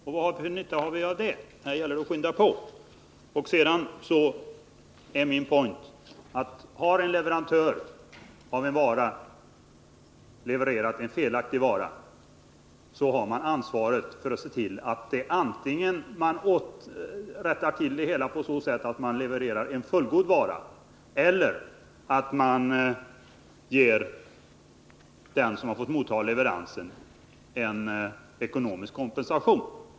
Sedan vill jag säga, att har en leverantör levererat en felaktig vara har vederbörande ansvaret att se till att det hela rättas till, antingen på det sättet att en fullgod vara levereras i stället eller att den som mottager leveransen får ekonomisk kompensation.